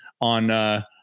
on